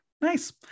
Nice